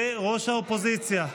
וראש האופוזיציה.